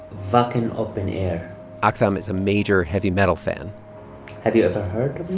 but and open air ah aktham is a major heavy metal fan have you ever heard